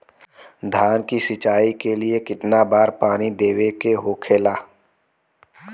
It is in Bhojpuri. धान की सिंचाई के लिए कितना बार पानी देवल के होखेला?